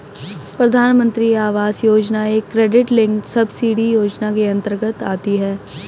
प्रधानमंत्री आवास योजना एक क्रेडिट लिंक्ड सब्सिडी योजना के अंतर्गत आती है